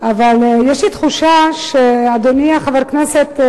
אבל יש לי תחושה שאדוני חבר הכנסת,